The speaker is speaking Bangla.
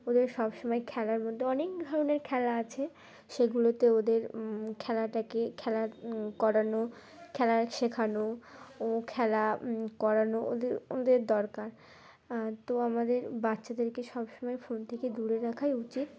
ওদের সব সমময় খেলার মধ্যে অনেক ধরনের খেলা আছে সেগুলোতে ওদের খেলাটাকে খেলার করানো খেলার শেখানো ও খেলা করানো ওদের ওদের দরকার তো আমাদের বাচ্চাদেরকে সব সমময় ফোন থেকে দূরে রাখাই উচিত